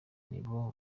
nibo